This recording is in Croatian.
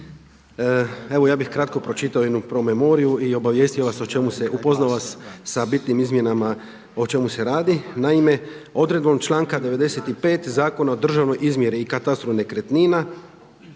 Evo ja bih kratko pročitao jednu promemoriju i obavijestio o čemu se, upoznao vas sa bitnim izmjenama o čemu se radi. Naime, odredbom članka 95. Zakona o državnoj izmjeri i katastru nekretnina